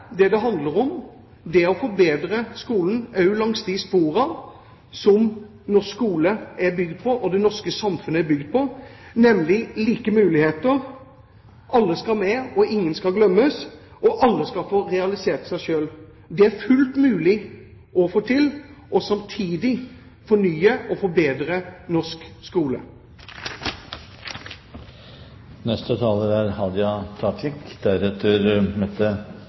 det det handler om, er å forbedre skolen langs de sporene som norsk skole og det norske samfunnet er bygd på, nemlig like muligheter. Alle skal med, ingen skal glemmes, og alle skal få realisert seg selv. Det er det fullt mulig å få til, og samtidig fornye og forbedre norsk skole. Ibsen er